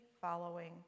following